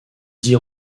dix